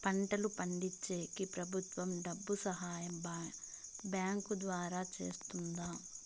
పంటలు పండించేకి ప్రభుత్వం డబ్బు సహాయం బ్యాంకు ద్వారా చేస్తుందా?